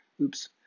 oops